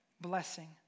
blessing